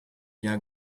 jahr